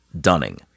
dunning